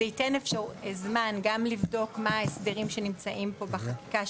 ונותן זמן גם כדי לבדוק מה ההסדרים שנמצאים פה בחקיקה,